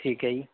ਠੀਕ ਹੈ ਜੀ